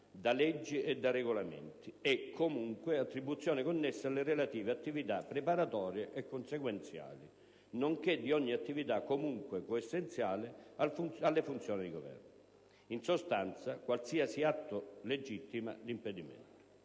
da leggi e da regolamenti e, comunque, attribuzioni connesse alle relative attività preparatorie e consequenziali, nonché di ogni attività comunque coessenziale alle funzioni di governo». In sostanza, qualsiasi atto legittima l'impedimento.